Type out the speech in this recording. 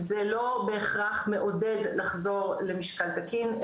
זה לא בהכרח מעודד לחזור למשקל תקין,